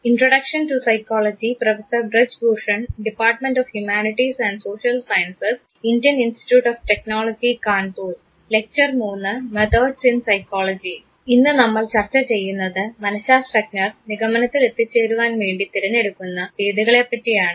ഇന്ന് നമ്മൾ ചർച്ചചെയ്യുന്നത് മനഃശാസ്ത്രജ്ഞർ നിഗമനത്തിൽ എത്തിച്ചേരുവാൻ വേണ്ടി തിരഞ്ഞെടുക്കുന്ന രീതികളെ പറ്റിയാണ്